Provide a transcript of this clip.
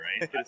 right